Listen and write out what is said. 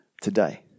today